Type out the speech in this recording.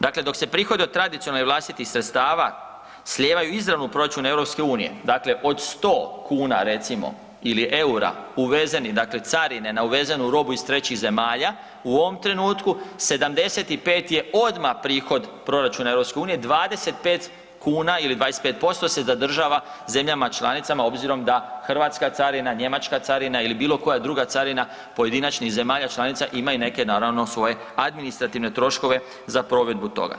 Dakle, dok se prihode od tradicionalnih vlastitih sredstava slijevaju izravno u proračun EU, dakle od 100 kuna, recimo, ili eura uvezenih, dakle carine na uvezenu robu iz trećih zemalja, u ovom trenutku 75 je odmah prihod proračuna EU, 25 kuna ili 25% se zadržava zemljama članicama, obzirom da hrvatska carina, njemačka carina ili bilo koja druga carina pojedinačnih zemalja članica, imaju neke, naravno, svoje administrativne troškove za provedbu toga.